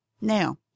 Now